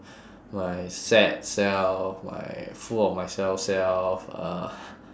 my sad self my full of myself self uh